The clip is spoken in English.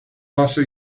also